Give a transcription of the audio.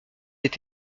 est